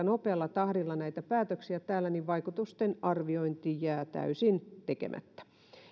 nopealla tahdilla näitä päätöksiä täällä niin vaikutusten arviointi jää täysin tekemättä